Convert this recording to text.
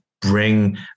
bring